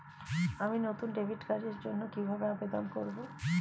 আমি নতুন ডেবিট কার্ডের জন্য কিভাবে আবেদন করব?